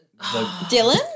Dylan